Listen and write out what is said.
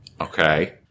Okay